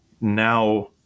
Now